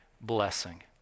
blessing